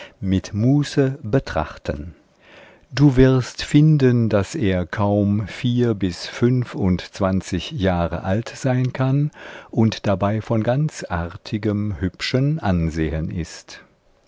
mit muße betrachten du wirst finden daß er kaum vier bis fünfundzwanzig jahre alt sein kann und dabei von ganz artigem hübschen ansehen ist